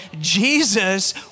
Jesus